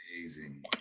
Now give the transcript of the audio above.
amazing